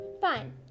Fine